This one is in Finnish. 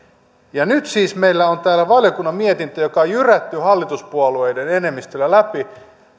on nyt siis meillä on täällä valiokunnan mietintö joka on on jyrätty hallituspuolueiden enemmistöllä läpi